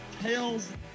Tails